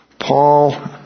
Paul